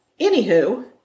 Anywho